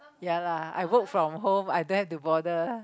ya lah I work from home I don't have to bother uh